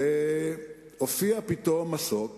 הופיע פתאום מסוק